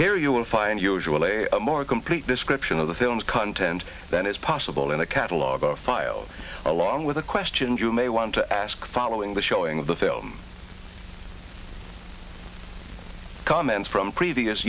here you will find usually a more complete description of the film's content than is possible in a catalog file along with the questions you may want to ask following the showing of the film comments from previous